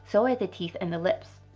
so are the teeth and the lips.